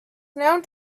known